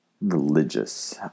religious